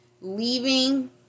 Leaving